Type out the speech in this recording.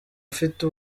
ufite